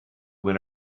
win